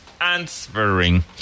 answering